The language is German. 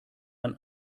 man